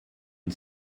une